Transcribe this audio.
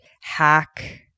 hack